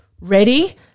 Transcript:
Ready